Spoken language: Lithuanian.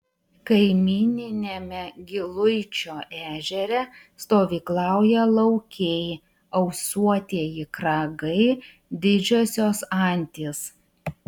kaimyniniame giluičio ežere stovyklauja laukiai ausuotieji kragai didžiosios antys